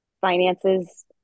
finances